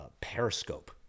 Periscope